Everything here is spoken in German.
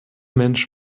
mensch